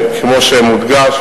כמו שמודגש,